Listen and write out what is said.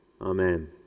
Amen